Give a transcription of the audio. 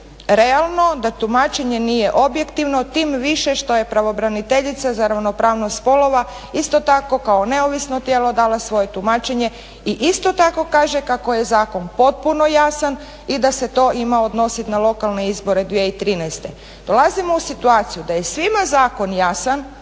realno, da tumačenje nije objektivno tim više što je pravobraniteljica za ravnopravnost spolova isto tako kao neovisno tijelo dala svoje tumačenje i isto tako kaže kako je zakon potpuno jasan i da se to ima odnosit na lokalne izbore 2013. Dolazimo u situaciju da je svima zakon jasan,